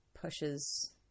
pushes